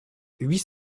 huit